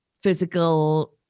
physical